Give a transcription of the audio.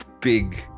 Big